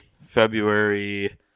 February